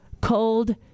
cold